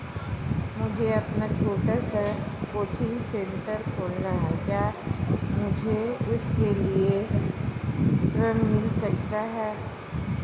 मुझे अपना छोटा सा कोचिंग सेंटर खोलना है क्या मुझे उसके लिए ऋण मिल सकता है?